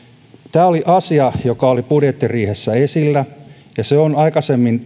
tämä oli asia joka oli budjettiriihessä esillä ja siitä aikaisemmin